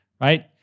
right